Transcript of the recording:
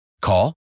Call